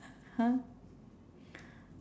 !huh!